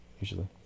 usually